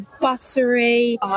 buttery